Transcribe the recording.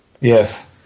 Yes